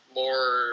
more